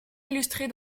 illustrés